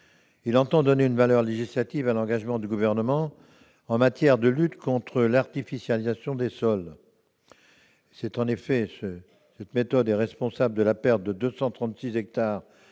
tend à donner une valeur législative à l'engagement du Gouvernement en matière de lutte contre l'artificialisation des sols. Cette méthode est en effet responsable de la perte de 236 hectares